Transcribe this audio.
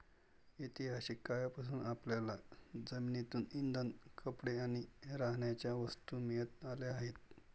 ऐतिहासिक काळापासून आपल्याला जमिनीतून इंधन, कपडे आणि राहण्याच्या वस्तू मिळत आल्या आहेत